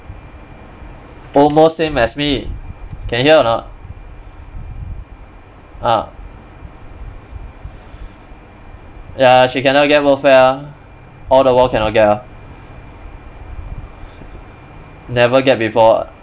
almost same as me can hear or not ah ya she cannot get workfare ah all the while cannot get ah never get before ah